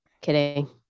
Kidding